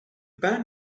band